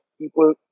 people